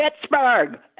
Pittsburgh